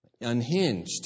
unhinged